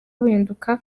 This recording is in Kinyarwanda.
buhinduka